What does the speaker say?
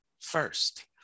first